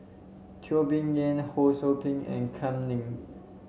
Teo Bee Yen Ho Sou Ping and Kam Ning